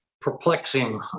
perplexing